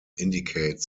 indicates